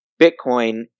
bitcoin